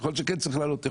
יכול להיות שצריך להעלות,